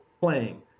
playing